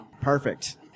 Perfect